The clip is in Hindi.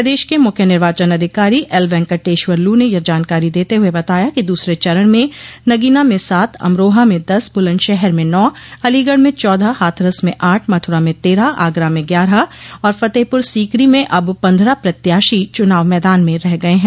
प्रदेश के मुख्य निर्वाचन अधिकारी एल वेंकटेश्वर लू ने यह जानकारी देते हुए बताया कि दूसरे चरण म नगीना में सात अमरोहा में दस बुलंदशहर में नौ अलीगढ़ में चौदह हाथरस में आठ मथुरा में तेरह आगरा में ग्यारह और फतेहपुर सीकरी में अब पन्द्रह प्रत्याशी चुनाव मैदान में रह गये हैं